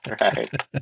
Right